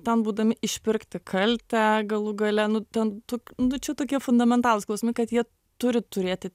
ten būdami išpirkti kaltę galų gale nu ten tų nu čia tokie fundamentalūs klausimai kad jie turi turėti